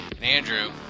Andrew